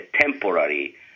temporary